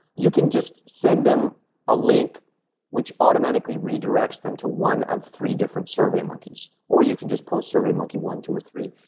you can just send them a link which automatically redirects them to one of three different survey monkeys or you can just post survey monkey one, two, or three.